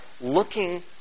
looking